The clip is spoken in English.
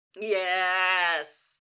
Yes